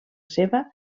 seva